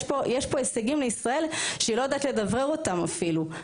יש פה הישגים לישראל שהיא לא יודעת לדברר אותם אפילו.